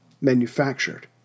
manufactured